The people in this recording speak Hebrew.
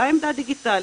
בעמדה דיגיטלית.